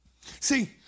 See